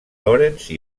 lawrence